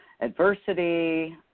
adversity